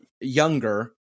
younger